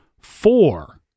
four